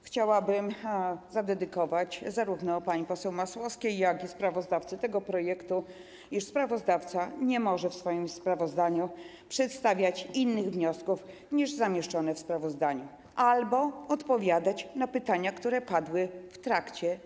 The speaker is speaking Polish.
Chciałabym powiedzieć zarówno pani poseł Masłowskiej, jak i sprawozdawcy tego projektu, że sprawozdawca nie może w swoim sprawozdaniu przedstawiać innych wniosków niż zamieszczone w sprawozdaniu ani odpowiadać na pytania do posła sprawozdawcy, które padły w trakcie.